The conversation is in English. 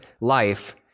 life